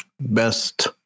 best